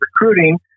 recruiting